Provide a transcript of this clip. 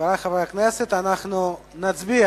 חברי חברי הכנסת, אנחנו נצביע